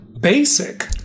basic